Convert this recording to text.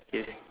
ye~